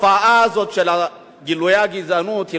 התופעה הזאת של גילויי הגזענות לא